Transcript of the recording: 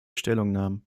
stellungnahmen